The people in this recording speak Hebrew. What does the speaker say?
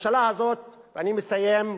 הממשלה הזאת, ואני מסיים,